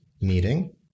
meeting